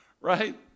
right